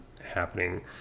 happening